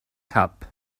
cup